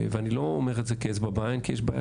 ואני לא אומר את זה כאצבע בעין כי יש בעיה